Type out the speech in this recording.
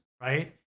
right